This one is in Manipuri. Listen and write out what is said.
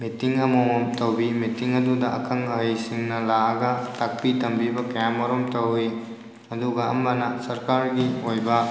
ꯃꯤꯇꯤꯡ ꯑꯃꯃꯝ ꯇꯧꯕꯤ ꯃꯤꯇꯤꯡ ꯑꯗꯨꯗ ꯑꯈꯪ ꯑꯍꯩꯁꯤꯡꯅ ꯂꯥꯛꯑꯒ ꯇꯥꯛꯄꯤ ꯇꯝꯕꯤꯕ ꯀꯌꯥꯃꯔꯨꯝ ꯇꯧꯋꯤ ꯑꯗꯨꯒ ꯑꯃꯅ ꯁꯔꯀꯥꯔꯒꯤ ꯑꯣꯏꯕ